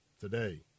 today